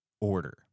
order